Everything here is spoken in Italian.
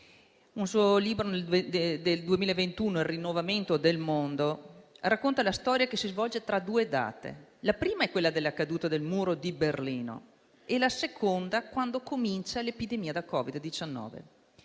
Un suo libro del 2021, «Il rinnovamento del mondo», racconta la storia che si svolge tra due date: la prima è quella della caduta del Muro di Berlino e la seconda è quella in cui inizia l'epidemia da Covid-19.